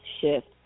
shift